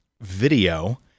video